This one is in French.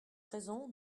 raison